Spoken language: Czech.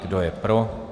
Kdo je pro?